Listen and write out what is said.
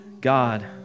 God